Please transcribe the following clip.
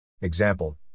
Example